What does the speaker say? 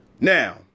Now